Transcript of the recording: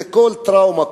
כל טראומה,